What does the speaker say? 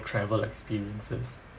travel experiences